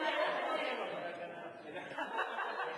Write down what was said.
איסור הפליה בשל שירות צבאי),